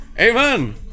Amen